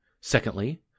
Secondly